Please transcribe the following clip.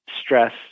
stress